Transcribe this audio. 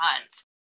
months